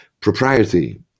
propriety